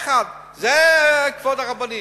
זה לכבודי שאני אקשיב לרבנים.